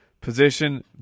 position